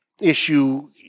issue